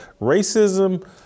Racism